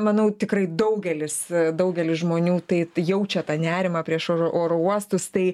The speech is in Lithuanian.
manau tikrai daugelis daugelis žmonių tai jaučia tą nerimą priešo oro oro uostus tai